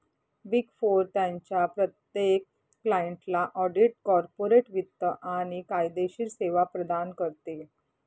big four त्यांच्या प्रत्येक क्लायंटला ऑडिट, कॉर्पोरेट वित्त आणि कायदेशीर सेवा प्रदान करते